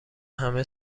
همه